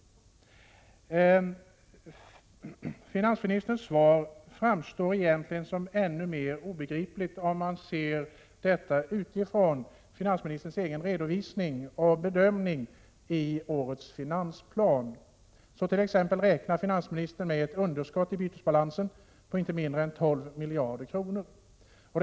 Finansministerns svar framstår egentligen som ännu mer obegripligt, om man ser detta utifrån finansministerns egen redovisning och bedömning i årets finansplan. Finansministern räknar t.ex. med ett underskott i bytesbalansen på inte mindre än 12 miljarder kronor.